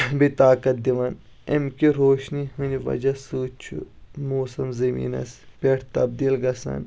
بیٚیہِ طاقت دِوان أمہِ کہ روشنی ۂنٛدۍ وجہ سۭتۍ چھُ موسم زمیٖنس پٮ۪ٹھ تبدیٖل گژھان